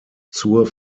zur